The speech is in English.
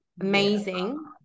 Amazing